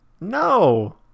No